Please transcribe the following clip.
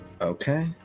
Okay